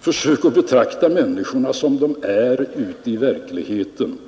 Försök att betrakta människorna som de är ute i verkligheten.